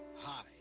Hi